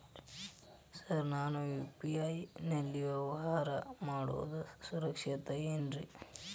Sir ನಾನು UPI ನಲ್ಲಿ ವ್ಯವಹಾರ ಮಾಡೋದು ಸುರಕ್ಷಿತ ಏನ್ರಿ?